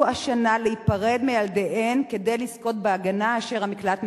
השנה להיפרד מילדיהן כדי לזכות בהגנה שהמקלט מספק.